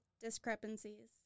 discrepancies